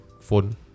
phone